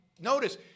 notice